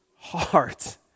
heart